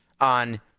on